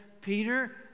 Peter